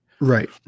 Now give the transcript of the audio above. right